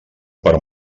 per